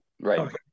Right